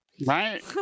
Right